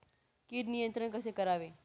कीड नियंत्रण कसे करावे?